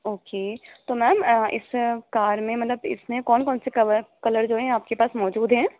okay تو ma'am اس car میں مطلب اس میں کون کون سے کور کلر جو ہیں آپ کے پاس موجود ہیں